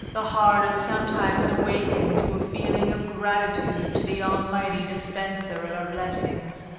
the heart is sometimes awakened to a feeling of gratitude to the almighty dispenser of our blessings.